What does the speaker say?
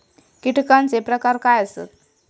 कीटकांचे प्रकार काय आसत?